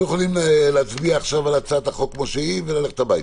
אנחנו יכולים להצביע עכשיו על הצעת החוק כמו שהיא וללכת הביתה.